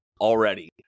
already